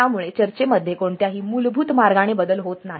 यामुळे चर्चेमध्ये कोणत्याही मूलभूत मार्गाने बदल होत नाही